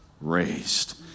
raised